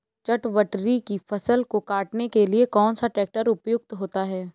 चटवटरी की फसल को काटने के लिए कौन सा ट्रैक्टर उपयुक्त होता है?